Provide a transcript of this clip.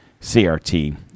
CRT